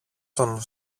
τον